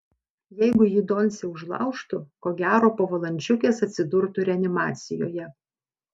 jeigu jį doncė užlaužtų ko gero po valandžiukės atsidurtų reanimacijoje